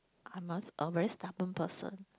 I'm a a very stubborn person